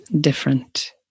different